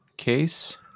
Case